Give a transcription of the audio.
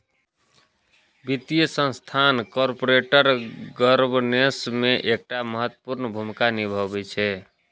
वित्तीय संस्थान corporate governance मे एकटा महत्वपूर्ण भूमिका निभाबै छै